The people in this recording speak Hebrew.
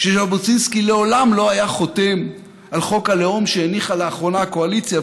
שז'בוטינסקי לעולם לא היה חותם על חוק הלאום שהניחה לאחרונה הקואליציה.